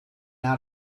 out